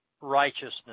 righteousness